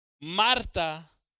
Marta